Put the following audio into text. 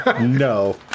No